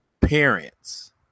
parents